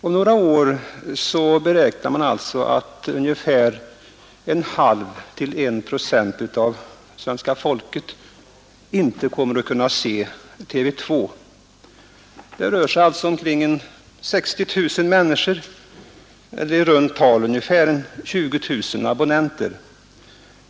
Om några år beräknar man alltså att den del av svenska folket som inte kommer att kunna se TV 2 kommer att uppgå till mellan en halv och en procent. Det rör sig alltså om ca 60 000 människor, eller i runt tal 20 000 abonnenter.